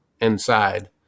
inside